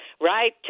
right